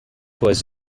was